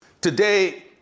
today